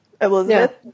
Elizabeth